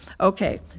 Okay